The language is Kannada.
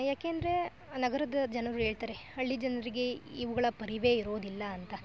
ಯಾಕೆಂದರೆ ನಗರದ ಜನರು ಹೇಳ್ತಾರೆ ಹಳ್ಳಿ ಜನರಿಗೆ ಇವುಗಳ ಪರಿವೇ ಇರೋದಿಲ್ಲ ಅಂತ